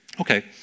Okay